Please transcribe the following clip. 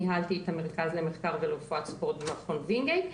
ניהלתי את המרכז למחקר ולרפואת ספורט במכון וינגייט.